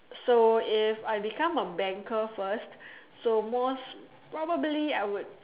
so if I become a banker first so most probably I would